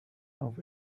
auf